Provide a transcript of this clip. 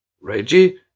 reggie